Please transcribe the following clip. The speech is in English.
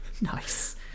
Nice